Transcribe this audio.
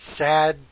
sad